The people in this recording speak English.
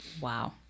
Wow